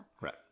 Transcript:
right